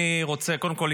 קודם כול,